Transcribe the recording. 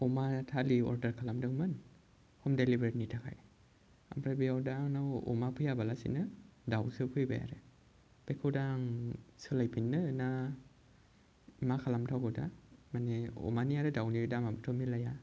अमा थालि अर्डार खालामदोंमोन हम देलिभारिनि थाखाय ओमफ्राय बेयाव दा आंनाव अमा फैयाबालासिनो दावसो फैबाय आरो बेखौ दा आं सोलायफिननो ना मा खालामथाव बा दा माने अमानि आरो दावनिबो दामआबोथ' मिलाया